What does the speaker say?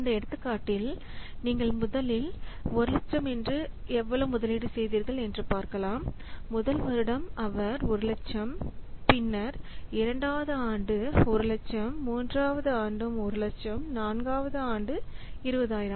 இந்த எடுத்துக்காட்டில் நீங்கள் முதலில் 100000 என்று எவ்வளவு முதலீடு செய்தீர்கள் என்று பார்த்தால் முதல் வருடம் அவர் 100000 பின்னர் 2 வது ஆண்டு 100000 3 வது ஆண்டு 100000 4 வது ஆண்டு 20000